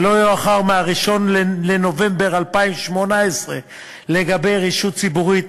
ולא יאוחר מ-1 בנובמבר 2018 לגבי רשות ציבורית.